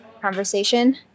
conversation